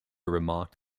remarked